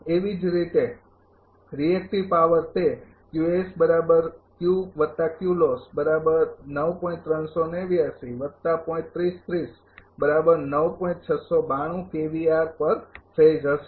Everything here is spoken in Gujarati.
તેવી જ રીતે રિએક્ટિવ પાવર તે હશે